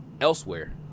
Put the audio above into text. elsewhere